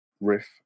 riff